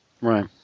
Right